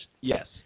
Yes